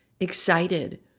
Excited